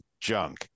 junk